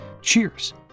Cheers